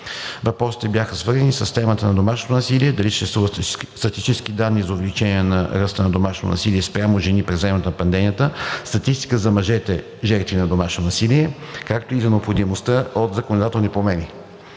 Въпросите бяха свързани с темата за домашното насилие – дали съществуват статистически данни за увеличение на ръста на домашно насилие спрямо жени през времето на пандемията, статистика за мъжете – жертви на домашно насилие, както и за необходимостта от законодателни промени.